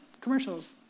commercials